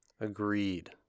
Agreed